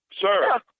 Sir